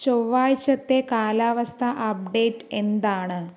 ചൊവ്വാഴ്ചത്തെ കാലാവസ്ഥ അപ്ഡേറ്റ് എന്താണ്